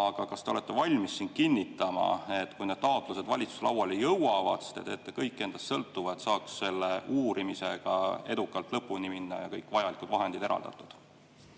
Aga kas te olete valmis siin kinnitama, et kui need taotlused valitsuse lauale jõuavad, siis te teete kõik endast sõltuva, et saaks selle uurimisega edukalt lõpuni minna ja kõik vajalikud vahendid oleksid